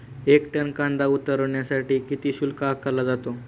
एक टन कांदा उतरवण्यासाठी किती शुल्क आकारला जातो?